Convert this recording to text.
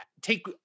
take